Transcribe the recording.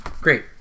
Great